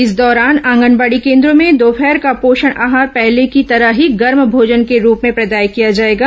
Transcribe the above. इस दौरान आंगनबाड़ी केन्द्रों में दोपहर का पोषण आहार पहले की तरह ही गर्म भोजन के रूप में प्रदाय किया जाएगा